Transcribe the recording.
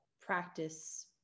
practice